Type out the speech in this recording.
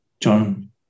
John